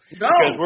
No